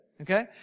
Okay